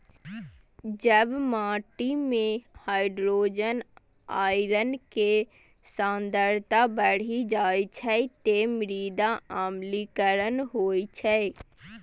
जब माटि मे हाइड्रोजन आयन के सांद्रता बढ़ि जाइ छै, ते मृदा अम्लीकरण होइ छै